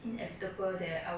ya